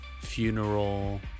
funeral